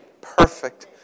Perfect